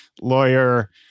lawyer